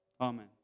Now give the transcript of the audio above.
Amen